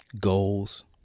goals